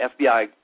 FBI